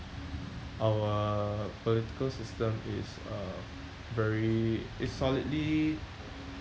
our political system is uh very is solidly